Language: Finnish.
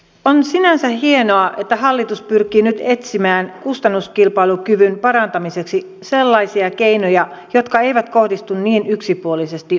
on sinänsä hienoa että hallitus pyrkii nyt etsimään kustannuskilpailukyvyn parantamiseksi sellaisia keinoja jotka eivät kohdistu niin yksipuolisesti vuorotyöläisiin